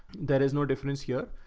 there is no difference here.